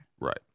Right